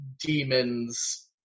demons